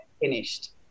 finished